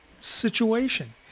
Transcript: situation